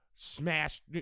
smashed